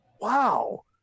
wow